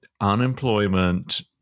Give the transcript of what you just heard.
unemployment